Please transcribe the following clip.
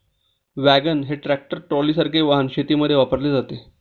wagon हे tractor ट्रॉलीसारखे वाहन शेतीमध्ये वापरले जाते